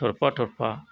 थरफा थरफा